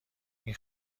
این